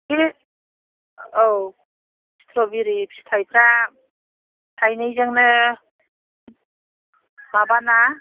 बे औ स्ट्र'बेरी फिथाइफ्रा थाइनैजोंनो माबाना